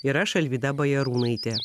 ir aš alvyda bajarūnaitė